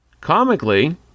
Comically